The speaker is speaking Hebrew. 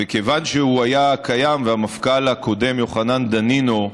וכיוון שזה היה קיים והמפכ"ל הקודם, יוחנן דנינו,